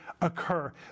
Occur